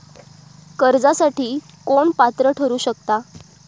कर्जासाठी कोण पात्र ठरु शकता?